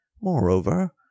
Moreover